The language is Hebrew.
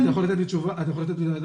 אתה יכול לתת לי לענות?